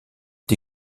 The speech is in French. est